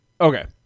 Okay